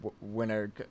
winner